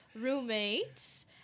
roommates